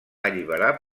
alliberar